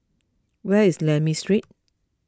where is Lakme Street